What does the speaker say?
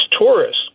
tourists